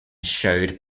showed